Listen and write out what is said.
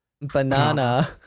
Banana